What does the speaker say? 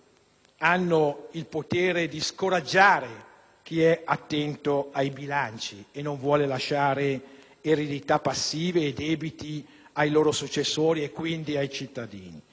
hanno il potere di scoraggiare chi è attento ai bilanci e non vuole lasciare eredità passive e debiti ai loro successori e quindi ai cittadini.